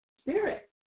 spirit